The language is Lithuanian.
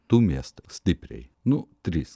du miestai stipriai nu trys